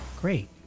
Great